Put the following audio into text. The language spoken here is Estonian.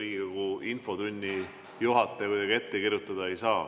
Riigikogu infotunni juhataja kuidagi ette kirjutada ei saa.